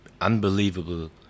unbelievable